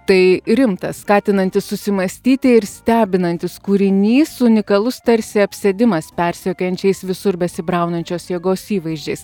tai rimtas skatinantis susimąstyti ir stebinantis kūrinys unikalus tarsi apsėdimas persekiojančiais visur besibraunančios jėgos įvaizdžiais